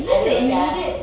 I don't know sia